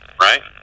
right